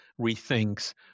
rethinks